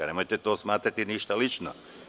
Nemojte smatrati to ništa lično.